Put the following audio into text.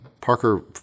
Parker